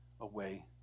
away